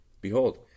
Behold